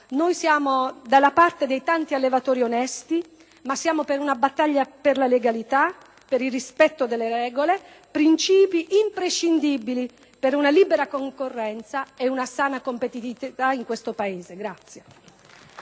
noi siamo dalla parte dei tanti allevatori onesti e siamo per una battaglia per la legalità, per il rispetto delle regole, principi imprescindibili per una libera concorrenza e una sana competitività in questo Paese.